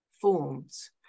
forms